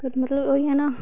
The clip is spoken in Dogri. ते मतलव ओही ऐ ना